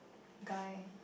guy